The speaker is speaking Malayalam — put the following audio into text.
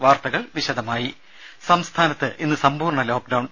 വാർത്തകൾ വിശദമായി സംസ്ഥാനത്ത് ഇന്ന് സമ്പൂർണ്ണ ലോക്ക്ഡൌൺ